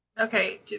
Okay